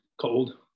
Cold